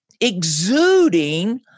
exuding